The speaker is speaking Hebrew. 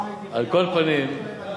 לא הייתי ביוון, אבל אני שומע.